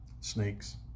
Snakes